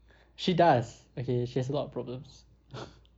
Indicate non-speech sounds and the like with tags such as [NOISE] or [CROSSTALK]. she does okay she has a lot of problems [LAUGHS]